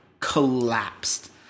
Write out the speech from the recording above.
Collapsed